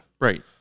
Right